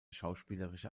schauspielerische